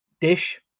dish